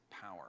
power